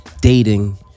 dating